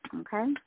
Okay